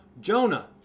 jonah